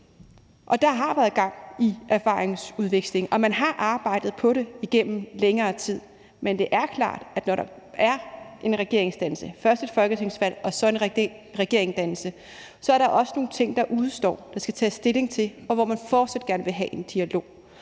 Der har været gang i erfaringsudvekslingen, og man har arbejdet på det igennem længere tid, men det er klart, at når der først er et folketingsvalg og så en regeringsdannelse, er der også nogle ting, der udestår, og som der skal tages stilling til, og hvor man fortsat gerne vil have en dialog,